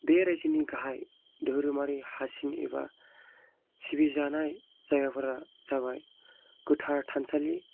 बे रायजोनि गाहाय धोरोमारि हासिं एबा सिबि जानाय जायगाफोरा जाबाय गोथार थानसालि